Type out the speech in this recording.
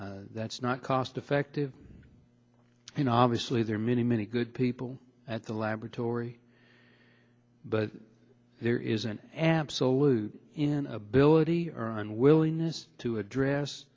else that's not cost effective you know obviously there are many many good people at the laboratory but there is an absolute inability or unwillingness to address